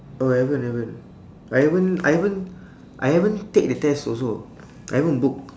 oh haven't haven't I haven't I haven't I haven't take the test also I haven't book